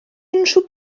unrhyw